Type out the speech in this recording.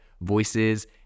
voices